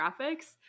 graphics